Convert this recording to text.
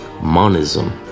monism